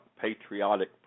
patriotic